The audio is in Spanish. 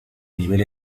nivel